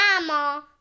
Mama